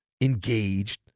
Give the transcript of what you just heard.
engaged